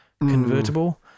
convertible